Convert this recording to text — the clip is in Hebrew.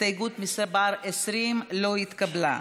הסתייגות מס' 20 לא התקבלה.